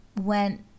went